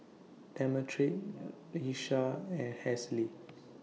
Demetric Iesha and Halsey